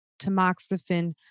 tamoxifen